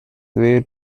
way